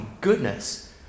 goodness